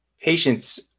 Patients